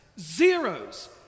zeros